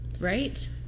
right